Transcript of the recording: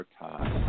time